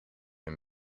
een